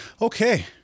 Okay